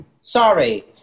Sorry